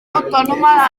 autònoma